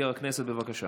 הכנסת, בבקשה.